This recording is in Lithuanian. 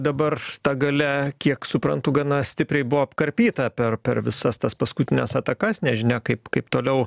dabar ta galia kiek suprantu gana stipriai buvo apkarpyta per per visas tas paskutines atakas nežinia kaip kaip toliau